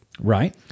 Right